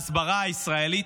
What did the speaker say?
להסברה הישראלית.